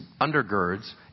undergirds